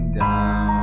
down